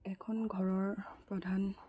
এখন ঘৰৰ প্ৰধান